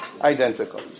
identical